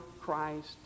Christ